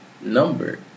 number